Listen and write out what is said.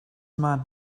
man